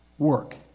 work